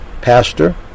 Pastor